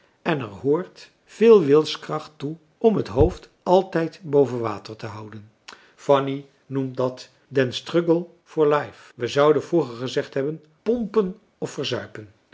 en er hoort veel wilskracht toe om het hoofd altijd boven water te houden fanny noemt dat den struggle for life wij zouden vroeger gezegd hebben pompen of verzuipen